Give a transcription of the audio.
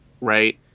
Right